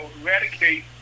eradicate